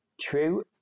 True